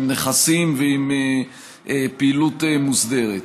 עם נכסים ועם פעילות מוסדרת.